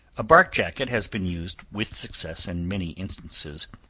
a bark jacket has been used with success in many instances,